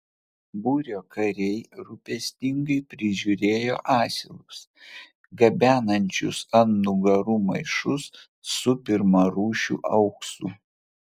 būrio kariai rūpestingai prižiūrėjo asilus gabenančius ant nugarų maišus su pirmarūšiu auksu